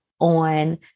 on